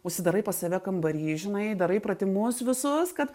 užsidarai pas save kambary žinai darai pratimus visus kad